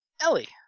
Ellie